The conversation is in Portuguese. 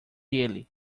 ele